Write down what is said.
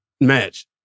match